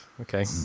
okay